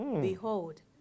Behold